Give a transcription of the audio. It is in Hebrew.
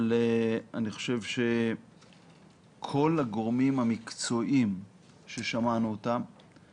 אני חושב שכל הגורמים המקצועיים ששמענו אותם